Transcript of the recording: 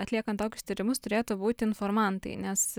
atliekant tokius tyrimus turėtų būti informantai nes